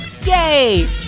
yay